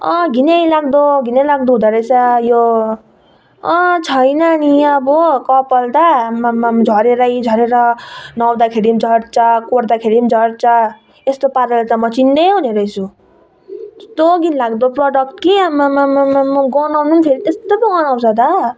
घिनै लाग्दो घिनै लाग्दो हुँदो रहेछ यो छैन नि अब कपाल त आमाममाम झरेरै झरेर नुहाउँदाखेरि झर्छ कोर्दाखेरि झर्छ यस्तो पाराले त म चिन्डे हुने रहेछु यस्तो घिन लाग्दो प्रडक्ट के आमामामामामा गनाउनु फेरि यस्तो पो गनाउँछ त